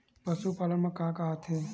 पशुपालन मा का का आथे?